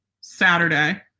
Saturday